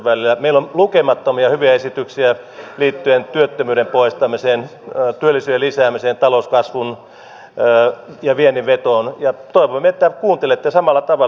meillä on lukemattomia hyviä esityksiä liittyen työttömyyden poistamiseen työllisyyden lisäämiseen talouskasvuun ja viennin vetoon ja toivomme että kuuntelette samalla tavalla